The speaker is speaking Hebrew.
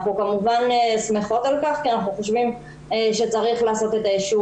ואנחנו כמובן שמחות על כך כי אנחנו חושבים שצריך לעשות את יישור